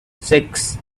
six